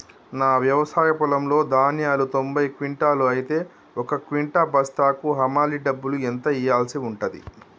నా వ్యవసాయ పొలంలో ధాన్యాలు తొంభై క్వింటాలు అయితే ఒక క్వింటా బస్తాకు హమాలీ డబ్బులు ఎంత ఇయ్యాల్సి ఉంటది?